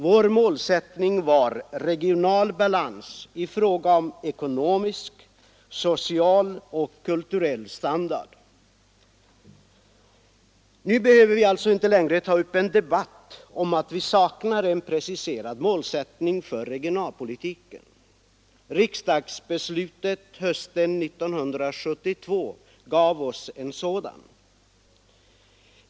Vår målsättning var regional balans i fråga om ekonomisk, social och kulturell standard. Nu behöver vi alltså inte längre ta upp en debatt om att det saknas en preciserad målsättning för regionalpolitiken. Riksdagsbeslutet hösten 1972 gav oss en sådan.